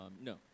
No